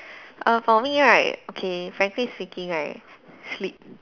uh for me right okay frankly speaking right sleep